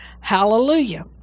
hallelujah